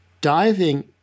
diving